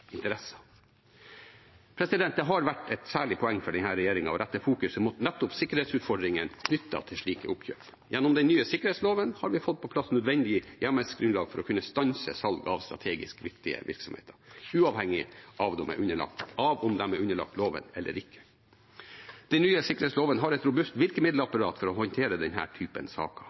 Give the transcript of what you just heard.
Det har vært et særlig poeng for denne regjeringen å rette fokuset mot nettopp sikkerhetsutfordringene knyttet til slike oppkjøp. Gjennom den nye sikkerhetsloven har vi fått på plass nødvendig hjemmelsgrunnlag for å kunne stanse salg av strategisk viktige virksomheter, uavhengig av om de er underlagt loven eller ikke. Den nye sikkerhetsloven har et robust virkemiddelapparat for å håndtere denne typen saker.